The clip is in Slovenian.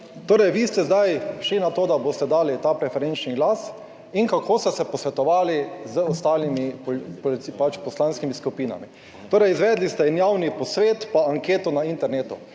19.25** (nadaljevanje) da boste dali ta preferenčni glas. In kako ste se posvetovali z ostalimi poslanskimi skupinami, torej izvedli ste en javni posvet pa anketo na internetu.